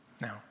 Now